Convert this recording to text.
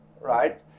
right